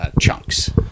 chunks